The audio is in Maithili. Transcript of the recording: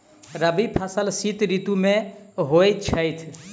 रबी फसल शीत ऋतु मे होए छैथ?